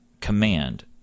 command